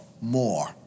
more